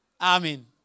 Amen